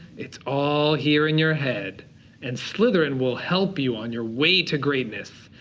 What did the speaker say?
it's all here in your head and slytherin will help you on your way to greatness.